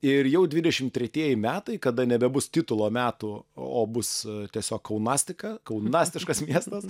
ir jau dvidešim tretieji metai kada nebebus titulo metų o bus tiesiog kaunastika kaunastiškas miestas